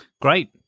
Great